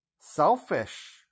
selfish